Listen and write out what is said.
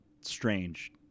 Strange